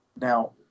Now